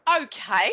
okay